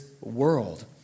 world